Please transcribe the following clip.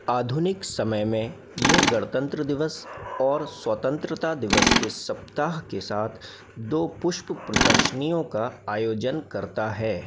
आधुनिक समय में यह गणतंत्र दिवस और स्वतंत्रता दिवस के सप्ताह के साथ दो पुष्प प्रदर्शनियों का आयोजन करता है